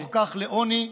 ומתוך כך לעוני,